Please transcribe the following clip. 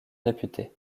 réputé